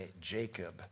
Jacob